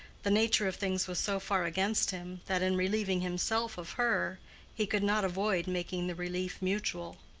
the nature of things was so far against him that in relieving himself of her he could not avoid making the relief mutual.